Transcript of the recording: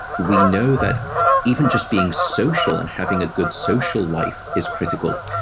we know that even just being social and having a good social life is critical.